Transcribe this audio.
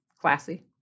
classy